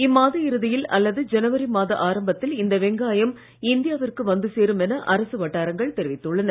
இம்மாத இறுதியில் அல்லது ஜனவரி மாத ஆரம்பத்தில் இந்த வெங்காயம் இந்தியாவிற்கு வந்து சேரும் என அரசு வட்டாரங்கள் தெரிவித்துள்ளன